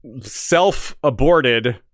self-aborted